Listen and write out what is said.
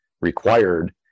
Required